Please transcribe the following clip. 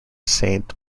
saint